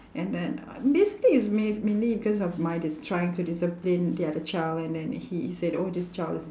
and then basically it's main~ mainly because of my dis~ trying to discipline the other child and then he is an oldest child it's